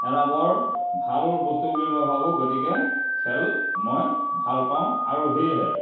এটা বৰ ভাল বস্তু বুলি মই ভাবোঁ গতিকে খেল মই ভাল পাওঁ আৰু সেয়েহে